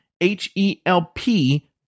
H-E-L-P